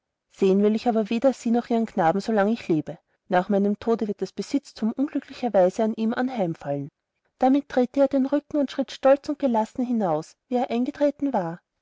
sehen will ich weder sie noch den knaben solange ich lebe nach meinem tode wird das besitztum unglücklicherweise ihm anheimfallen damit drehte er ihr den rücken und schritt stolz und gelassen hinaus wie er hereingetreten war